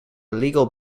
legal